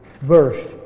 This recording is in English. verse